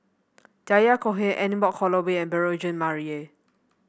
Yahya Cohen Anne Wong Holloway Beurel Jean Marie